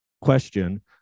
question